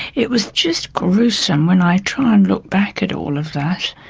it was just gruesome. when i try and look back at all of that,